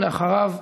ואחריו,